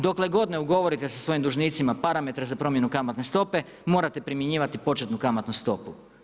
Dokle god ne ugovorite sa svojim dužnicima parametre za promjenu kamatne stope morate primjenjivati početnu kamatnu stopu.